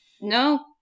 No